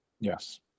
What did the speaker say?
yes